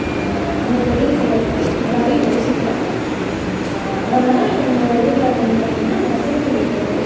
அந்த தொழில் செய்கிறத்துக்கு எல்லாேரும் யோசிக்கிறாங்க அதனால் எங்கள் ஊரில் வந்து பார்த்தீங்கன்னா நெசவு தொழில் வந்து